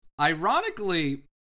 Ironically